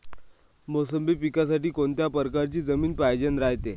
मोसंबी पिकासाठी कोनत्या परकारची जमीन पायजेन रायते?